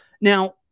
Now